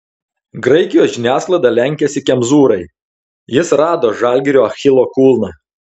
graikijos žiniasklaida lenkiasi kemzūrai jis rado žalgirio achilo kulną